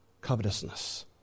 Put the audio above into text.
covetousness